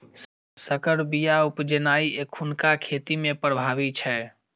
सँकर बीया उपजेनाइ एखुनका खेती मे प्रभावी छै